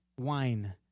wine